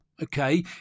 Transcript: Okay